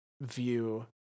view